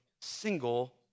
single